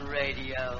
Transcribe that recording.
radio